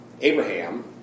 Abraham